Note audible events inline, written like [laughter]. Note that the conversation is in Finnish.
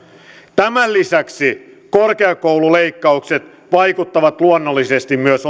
tämän lisäksi korkeakoululeikkaukset vaikuttavat luonnollisesti myös [unintelligible]